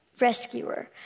rescuer